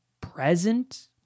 present